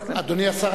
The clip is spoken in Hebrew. אדוני השר,